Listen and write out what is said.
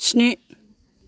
स्नि